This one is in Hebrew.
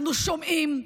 אנחנו שומעים.